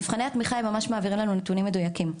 במבחני התמיכה הם ממש מעבירים לנו נתונים מדויקים,